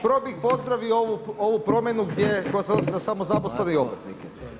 Prvo bih pozdravio ovu promjenu koja se odnosi na samozaposlene i obrtnike.